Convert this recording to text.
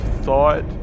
thought